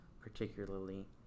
particularly